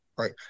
Right